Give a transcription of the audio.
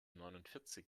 neunundvierzig